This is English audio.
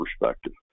perspective